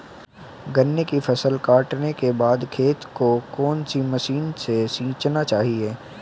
गन्ने की फसल काटने के बाद खेत को कौन सी मशीन से सींचना चाहिये?